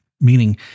Meaning